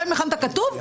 גם אם הכנת כתוב,